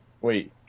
Wait